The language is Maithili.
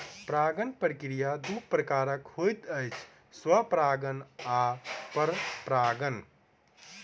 परागण प्रक्रिया दू प्रकारक होइत अछि, स्वपरागण आ परपरागण